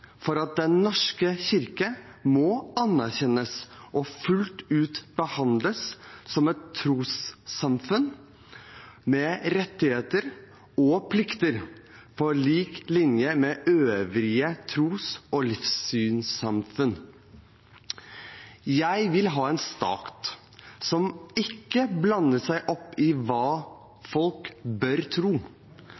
for at Den norske kirke må anerkjennes og fullt ut behandles som et trossamfunn med rettigheter og plikter på lik linje med øvrige tros- og livssynssamfunn. Jeg vil ha en stat som ikke blander seg opp i hva